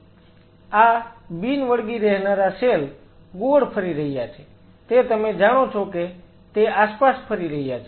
આ બિન વળગી રહેનારા સેલ ગોળ ફરી રહ્યા છે તે તમે જાણો છો કે તે આસપાસ ફરી રહ્યા છે